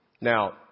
Now